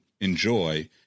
enjoy